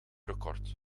record